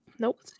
Nope